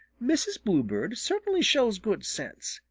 mrs. bluebird certainly shows good sense.